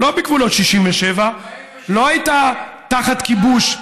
לא בגבולות 67' 48'. לא הייתה תחת כיבוש,